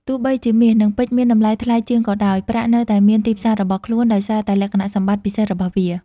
ទោះបីជាមាស និងពេជ្រមានតម្លៃថ្លៃជាងក៏ដោយ ប្រាក់នៅតែមានទីផ្សាររបស់ខ្លួន ដោយសារតែលក្ខណៈសម្បត្តិពិសេសរបស់វា។